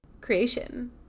creation